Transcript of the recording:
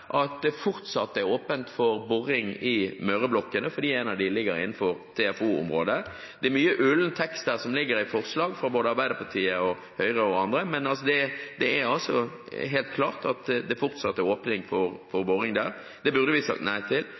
at det fortsatt er åpent for boring i Møreblokkene, fordi en av dem ligger innenfor TFO-området. Det er mye ullen tekst i forslagene fra både Arbeiderpartiet, Høyre og andre, men det er helt klart at det fortsatt er åpning for boring der. Det burde vi sagt nei til.